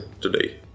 today